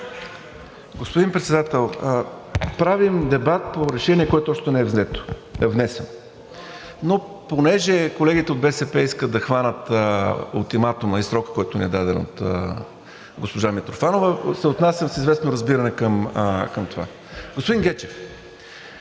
Господин Председател, правим дебат по решение, което още не е внесено, но понеже колегите от БСП искат да хванат ултиматума и срока, който ни е даден от госпожа Митрофанова, се отнасям с известно разбиране към това. Господин Гечев,